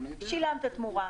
שילמת תמורה,